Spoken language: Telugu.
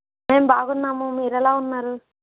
మేం బాగున్నాము మీరెలా ఉన్నారు